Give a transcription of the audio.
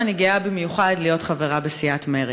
אני גאה במיוחד להיות חברה בסיעת מרצ,